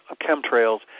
chemtrails